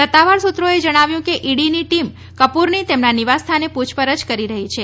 સત્તાવાર સૂત્રોએ જણાવ્યું કે ઈડીની ટીમ કપૂરની તેમના નિવાસસ્થાને પૂછપરછ કરી રહી છે